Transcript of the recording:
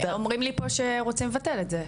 אומרים לי פה שרוצים לבטל את זה.